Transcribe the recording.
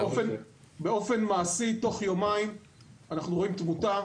באופן מעשי תוך יומיים אנחנו רואים תמותה,